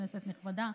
כנסת נכבדה.